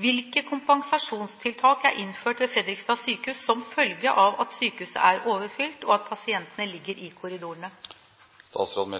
Hvilke kompensasjonstiltak er innført ved Fredrikstad sykehus som følge av at sykehuset er overfylt, og at pasienter ligger i korridorene?» Som